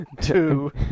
Two